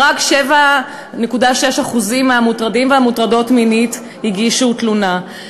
על כך שרק 7.6% מהמוטרדים והמוטרדות מינית הגישו תלונה.